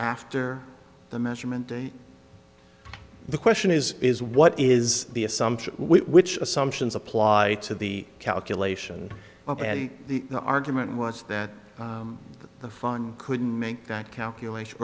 after the measurement the question is is what is the assumption which assumptions apply to the calculation of the argument much that the fine couldn't make that calculation